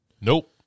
Nope